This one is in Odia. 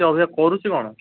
ସେ ଅବିକା କରୁଛି କ'ଣ